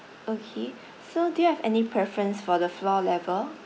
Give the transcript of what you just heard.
okay so do you have any preference for the floor level